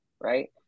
right